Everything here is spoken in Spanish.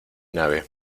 nave